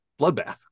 bloodbath